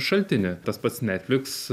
šaltinį tas pats netflix